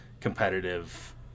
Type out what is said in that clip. competitive